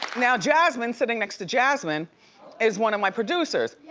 now jasmine sitting next to jasmine is one of my producers.